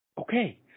okay